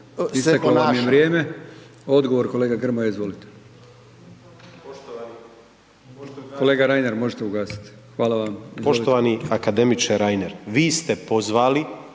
Isteklo vam je vrijeme. Odgovor kolega Grmoja, izvolite. Kolega Reiner možete ugasit, hvala vam. **Grmoja, Nikola (MOST)** Poštovani akademiče Reiner, vi ste pozvali